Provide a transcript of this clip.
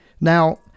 Now